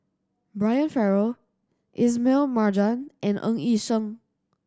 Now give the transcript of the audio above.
Brian Farrell Ismail Marjan and Ng Yi Sheng